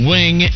Wing